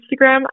Instagram